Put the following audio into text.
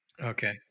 Okay